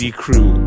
crew